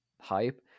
hype